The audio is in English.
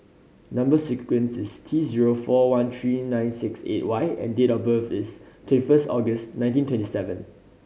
number sequence is T zero four one three nine six eight Y and date of birth is twenty first August nineteen twenty seven